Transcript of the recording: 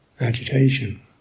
agitation